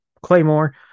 Claymore